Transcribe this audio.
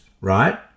right